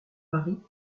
paris